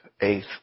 eighth